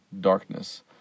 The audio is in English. darkness